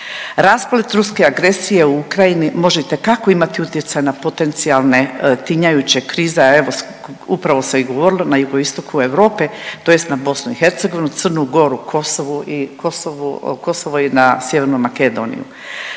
Rasplet ruske agresije u Ukrajini može itekako imati utjecaj na potencijalne tinjajuće krize, a evo upravo se i govorilo na jugoistoku Europe, tj. na BiH, Crnu Goru, Kosovo i na Sjevernu Makedoniju.